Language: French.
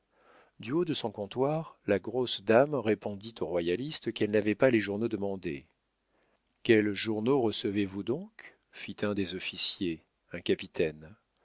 du haut de son comptoir la grosse dame répondit aux royalistes qu'elle n'avait pas les journaux demandés quels journaux recevez vous donc fit un des officiers un capitaine